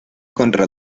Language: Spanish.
contra